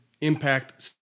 impact